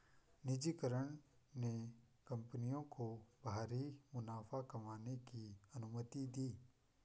निजीकरण ने कंपनियों को भारी मुनाफा कमाने की अनुमति दी